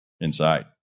inside